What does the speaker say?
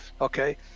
okay